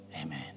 Amen